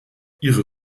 ihre